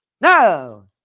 No